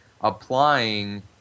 applying